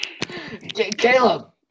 Caleb